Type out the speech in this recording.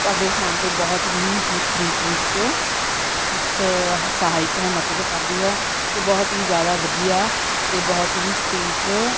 ਸਾਡੇ ਸਥਾਨ 'ਤੇ ਬਹੁਤ ਹੀ ਮੁੱਖ ਰੂਪ ਵਿੱਚ ਸ ਸਹਾਇਕ ਹੈ ਮਦਦ ਕਰਦੀ ਹੈ ਅਤੇ ਬਹੁਤ ਹੀ ਜ਼ਿਆਦਾ ਵਧੀਆ ਅਤੇ ਬਹੁਤ ਹੀ ਸਟੀਕ